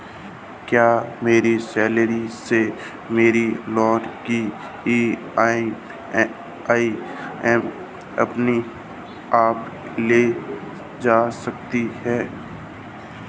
क्या मेरी सैलरी से मेरे लोंन की ई.एम.आई अपने आप ली जा सकती है?